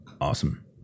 Awesome